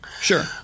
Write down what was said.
Sure